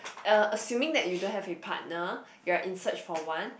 uh assuming that you don't have a partner you are in search for one